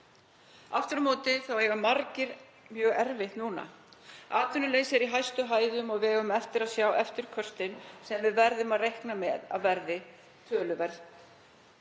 Aftur á móti eiga margir mjög erfitt núna. Atvinnuleysi er í hæstu hæðum og við eigum eftir að sjá eftirköstin sem við verðum að reikna með að verði töluverð